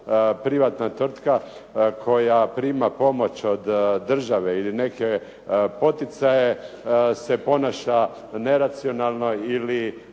privatna tvrtka koja prima pomoć od države ili neke poticaje se ponaša neracionalno ili